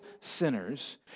sinners